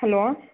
hello